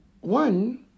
one